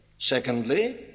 Secondly